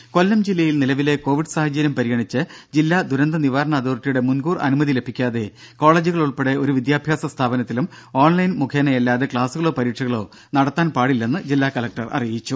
ദര കൊല്ലം ജില്ലയിൽ നിലവിലെ കോവിഡ് സാഹചര്യം പരിഗണിച്ചു ജില്ലാ ദുരന്തനിവാരണ അതോറിറ്റിയുടെ മുൻകൂർ അനുമതി ലഭിക്കാതെ കോളജുകൾ ഉൾപ്പടെ ഒരു വിദ്യാഭ്യാസ സ്ഥാപനത്തിലും ഓൺലൈൻ മുഖേനയല്ലാതെ ക്ലാസുകളോ പരീക്ഷകളോ നടത്തുവാൻ പാടില്ലെന്ന് ജില്ലാ കലക്ടർ അറിയിച്ചു